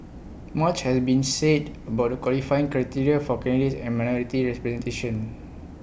much has been said about the qualifying criteria for candidates and minority representation